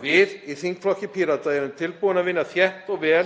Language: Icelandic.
Við í þingflokki Pírata erum tilbúin að vinna þétt og vel